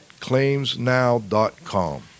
ClaimsNow.com